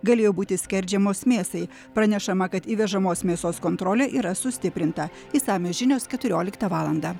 galėjo būti skerdžiamos mėsai pranešama kad įvežamos mėsos kontrolė yra sustiprinta išsamios žinios keturioliktą valandą